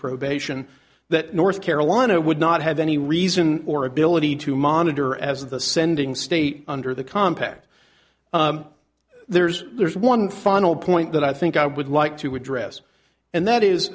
probation that north carolina would not have any reason or ability to monitor as the sending state under the compact there's there's one final point that i think i would like to address and that is